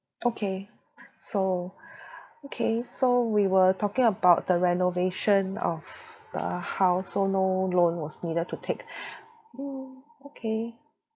okay so okay so we were talking about the renovation of the house so no loan was needed to take mm okay